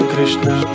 Krishna